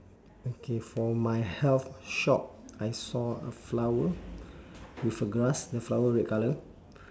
okay for my health shop I saw a flower with a glass the flower red colour